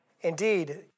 Indeed